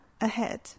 ahead